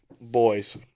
boys